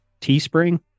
Teespring